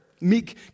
meek